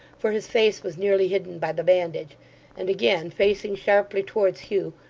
for his face was nearly hidden by the bandage and again facing sharply towards hugh,